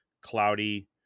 cloudy